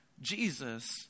Jesus